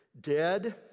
dead